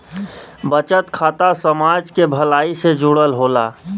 बचत खाता समाज के भलाई से जुड़ल होला